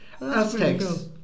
Aztecs